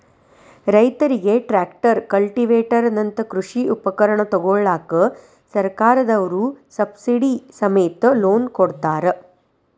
ರೈತರಿಗೆ tractor, cultivator ನಂತ ಕೃಷಿ ಉಪಕರಣ ತೊಗೋಳಾಕ ಸರ್ಕಾರದವ್ರು ಸಬ್ಸಿಡಿ ಸಮೇತ ಲೋನ್ ಕೊಡ್ತಾರ